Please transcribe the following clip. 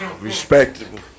Respectable